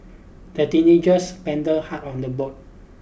the teenagers hard on the boat